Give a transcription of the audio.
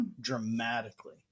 dramatically